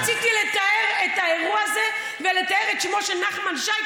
רציתי לתאר את האירוע הזה ולטהר את שמו של נחמן שי,